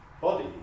body